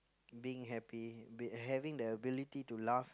being happy h~ having the ability to laugh